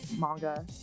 manga